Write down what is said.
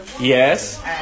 Yes